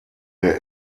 der